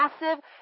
massive